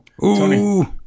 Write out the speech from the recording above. Tony